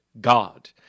God